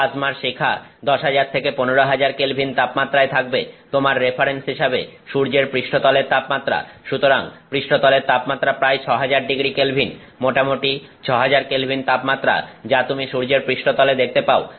প্লাজমার শিখা প্রায় 10000 থেকে 15000K তাপমাত্রায় থাকবে তোমার রেফারেন্স হিসাবে সূর্যের পৃষ্ঠতলের তাপমাত্রা সুতরাং পৃষ্ঠতলের তাপমাত্রা প্রায় 6000ºK মোটামুটি 6000K তাপমাত্রা যা তুমি সূর্যের পৃষ্ঠতলে দেখতে পাও